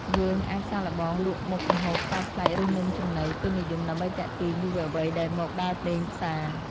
យើងអាចសាកល្បងលក់មុខម្ហូបប្លែកៗឬនំចំណីពេញនិយមដើម្បីទាក់ទាញយុវវ័យដែលមកដើរលេងផ្សារ។